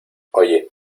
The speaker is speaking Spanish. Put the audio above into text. oye